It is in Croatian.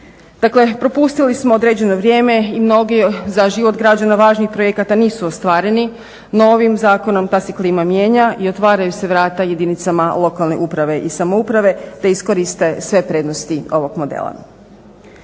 Dakle, propustili smo određeno vrijeme i mnogi za život građana važnih projekata nisu ostvareni, no ovim zakonom ta se klima mijenja i otvaraju se vrata jedinicama lokalne uprave i samouprave da iskoriste sve prednosti ovog modela.